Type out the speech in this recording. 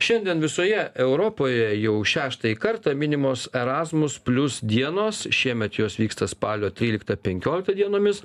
šiandien visoje europoje jau šeštąjį kartą minimos erasmus plius dienos šiemet jos vyksta spalio tryliktą penkioliktą dienomis